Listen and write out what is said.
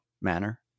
manner